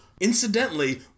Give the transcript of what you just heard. Incidentally